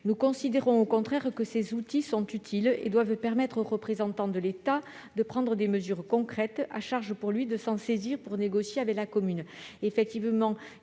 Nous considérons que ces outils sont utiles et doivent permettre au représentant de l'État de prendre des mesures concrètes, à charge pour lui de s'en saisir pour négocier avec la commune.